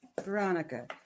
Veronica